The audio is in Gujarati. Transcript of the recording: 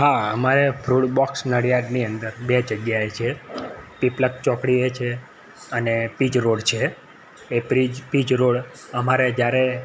હા અમારે ફૂડ બોક્સ નડિયાદની અંદર બે જગ્યાએ છે પીપળજ ચોકડીએ છે અને પીજ રોડ છે એ પીરીજ પીજ રોડ અમારે જ્યારે